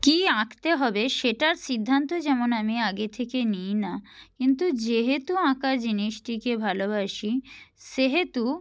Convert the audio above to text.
কী আঁকতে হবে সেটার সিদ্ধান্ত যেমন আমি আগে থেকে নিই না কিন্তু যেহেতু আঁকা জিনিসটিকে ভালোবাসি সেহেতু